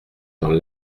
dans